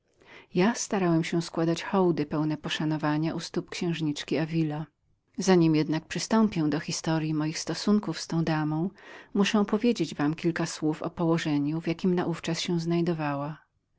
pierwszy starałem się składać hołdy pełne poszanowania u stóp księżniczki davila za nim jednak przystąpię do opowiedzenia wam moich stosunków z tą damą muszę uwiadomić was o położeniu w jakiem naówczas się znajdowała